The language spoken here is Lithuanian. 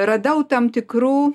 radau tam tikrų